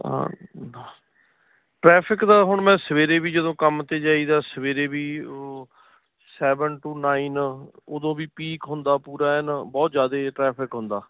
traffic ਦਾ ਹੁਣ ਮੈਂ ਸਵੇਰੇ ਵੀ ਜਦੋਂ ਕੰਮ 'ਤੇ ਜਾਈਦਾ ਸਵੇਰੇ ਵੀ ਸੈਵਨ ਟੂ ਨਾਈਨ ਉਦੋਂ ਵੀ ਪੀਕ ਹੁੰਦਾ ਪੂਰਾ ਬਹੁਤ ਜ਼ਿਆਦੇ ਟਰੈਫਿਕ ਹੁੰਦਾ